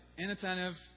Inattentive